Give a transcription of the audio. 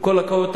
עם כל הכבוד,